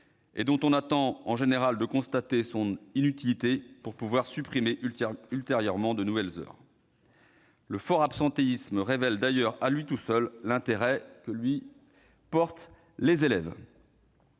et dont on attend de constater l'inutilité pour pouvoir supprimer ultérieurement de nouvelles heures ! Le fort absentéisme révèle d'ailleurs à lui seul tout l'intérêt que les élèves